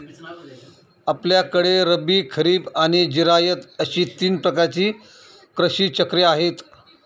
आपल्याकडे रब्बी, खरीब आणि जिरायत अशी तीन प्रकारची कृषी चक्रे आहेत